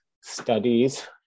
studies